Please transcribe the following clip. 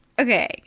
Okay